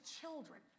children